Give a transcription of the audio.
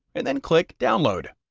and then click download.